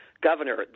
governor